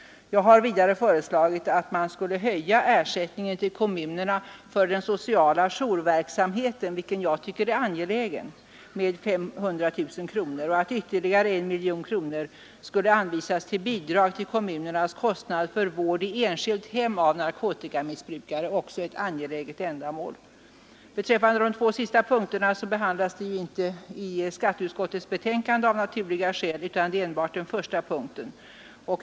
Onsdagen den vidare föreslagit att man skulle höja ersättningen till kommunerna för äl den sociala jourverksamheten, vilken jag tycker är angelägen, med KORkap re BIS ke missbrukare, också det ett angeläget ändamål. Beträffande de två sista punkterna kan nämnas att de av naturliga skäl inte behandlas i skatteutskottets betänkande, utan det är enbart den första punkten.